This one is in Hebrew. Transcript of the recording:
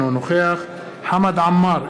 אינו נוכח חמד עמאר,